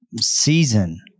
season